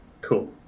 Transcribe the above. Cool